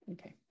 Okay